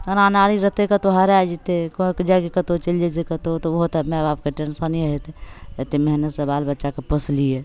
अनाड़ी रहतै कतहु हेरा जएतै कहौँके जाएके कतहु कतहु चलि जाइ छै ओहो तऽ माइ बापके टेन्शने हेतै एतेक मेहनतिसे बाल बच्चाकेँ पोसलिए